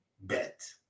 bet